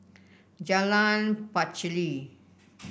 Jalan Pacheli